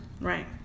Right